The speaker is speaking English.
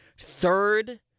third